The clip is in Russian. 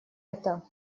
это